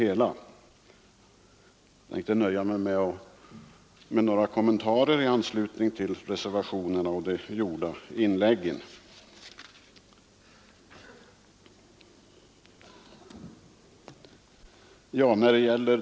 Jag tänker nöja mig med några kommentarer i anslutning till reservationerna och de i debatten gjorda inläggen.